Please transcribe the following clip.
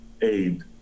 aid